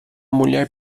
mulher